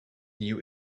new